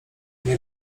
nie